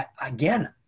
again